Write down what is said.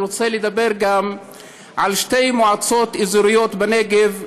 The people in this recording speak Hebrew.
אני רוצה לדבר על שתי מועצות אזוריות בנגב,